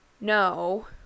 no